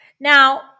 Now